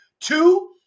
Two